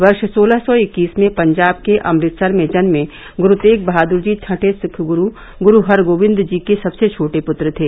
वर्ष सोलह सौ इक्कीस में पंजाब के अमृतसर में जन्मे गुरु तेग बहादुर जी छठे सिख गुरु गुरु हरगोबिंद जी के सबसे छोटे पुत्र थे